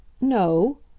No